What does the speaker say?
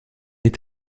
est